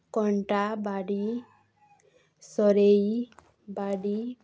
କଣ୍ଟା ବାଡ଼ି ସରେଇ ବାଡ଼ି